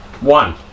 One